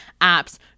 apps